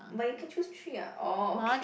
but you can choose tree [what] orh okay